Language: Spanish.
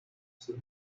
sus